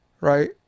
right